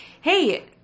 hey